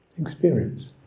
experience